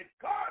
God